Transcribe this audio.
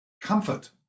comfort